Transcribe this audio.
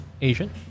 Asian